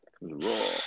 Raw